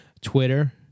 Twitter